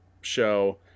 show